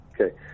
Okay